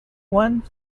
one